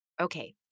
Okay